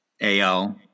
AL